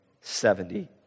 seventy